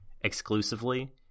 exclusively